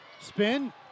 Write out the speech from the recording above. spin